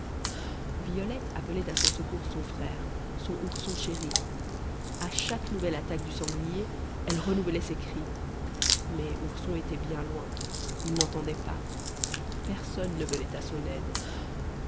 violette appelait à son secours son frère son ourson chéri a chaque nouvelle attaque du sanglier elle renouvelait ses cris mais ourson était bien loin il n'entendait pas personne ne venait à son aide